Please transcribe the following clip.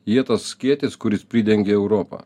jie tas skėtis kuris pridengia europą